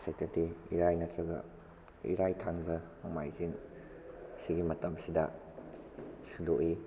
ꯁꯦꯇꯔꯗꯦ ꯏꯔꯥꯏ ꯅꯠꯇꯔꯒ ꯏꯔꯥꯏ ꯊꯥꯡꯖ ꯅꯣꯡꯃꯥꯏꯖꯤꯡ ꯁꯤꯒꯤ ꯃꯇꯝꯁꯤꯗ ꯁꯨꯗꯣꯛꯏ